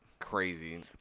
crazy